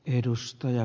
edustaja